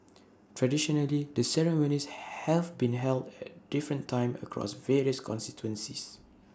traditionally the ceremonies have been held at different times across various constituencies